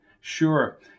Sure